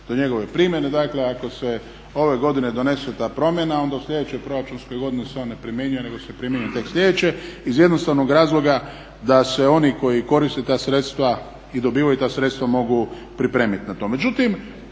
do njegove primjene. Dakle, ako se ove godine donese ta promjena onda u sljedećoj proračunskoj godini se on ne primjenjuje nego se primjenjuje tek sljedeće iz jednostavnog razloga da se oni koji koriste ta sredstva i dobivaju ta sredstva mogu pripremiti na to.